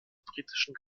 britischen